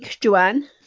Joanne